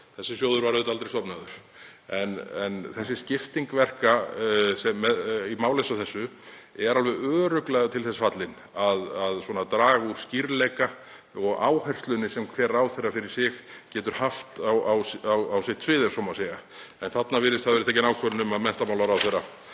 Þessi sjóður var auðvitað aldrei stofnaður en þessi skipting verka er í máli eins og þessu alveg örugglega til þess fallin að draga úr skýrleika og áherslunni sem hver ráðherra fyrir sig getur haft á sitt svið, ef svo má segja. Þarna virðist hafa verið tekin ákvörðun um að menntamálaráðherra